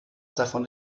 davon